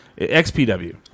XPW